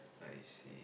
I see